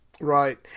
Right